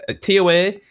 toa